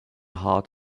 heart